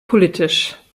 politisch